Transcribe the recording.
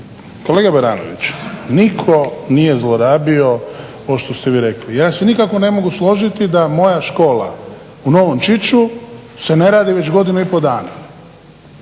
Kolega Baranoviću, nitko nije zlorabio ovo što ste vi rekli. Ja se nikako ne mogu složiti da moja škola u Novom Čiču se ne radi već godinu i pol dana.